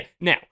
Now